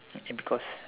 because